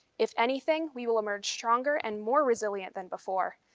if anything, we will emerge stronger and more resilient than before.